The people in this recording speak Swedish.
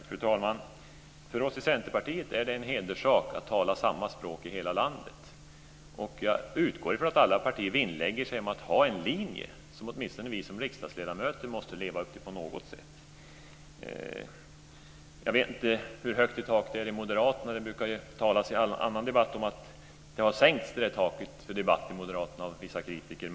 Fru talman! För oss i Centerpartiet är det en hederssak att tala samma språk i hela landet. Jag utgår från att alla partier vinnlägger sig om att ha en linje som åtminstone vi som riksdagsledamöter måste leva upp till på något sätt. Jag vet inte hur högt i tak det är i Moderata samlingspartiet. Vissa kritiker brukar tala om att taket har sänkts hos Moderaterna i andra debatter.